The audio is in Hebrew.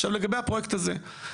עכשיו לגבי הפרויקט הזה,